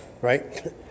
right